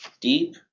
deep